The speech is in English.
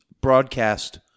broadcast